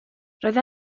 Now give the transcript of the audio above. roedd